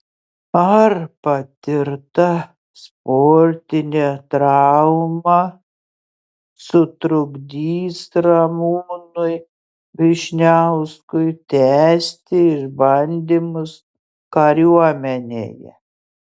ar patirta sportinė trauma sutrukdys ramūnui vyšniauskui tęsti išbandymus kariuomenėje